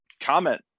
comment